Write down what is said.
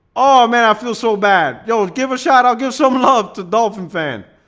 oh man, i feel so bad. yo, give a shout. i'll give some love to dolphin fan.